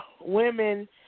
women